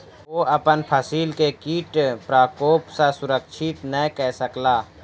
ओ अपन फसिल के कीट प्रकोप सॅ सुरक्षित नै कय सकला